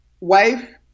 wife